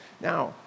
now